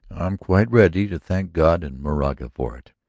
i'm quite ready to thank god and moraga for it!